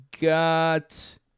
got